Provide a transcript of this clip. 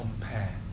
compare